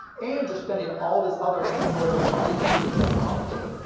and you're spending all this other ancillary money to do the technology.